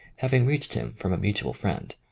having reached him from a mutual friend.